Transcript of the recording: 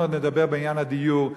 אנחנו עוד נדבר בעניין הדיור,